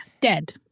dead